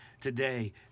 today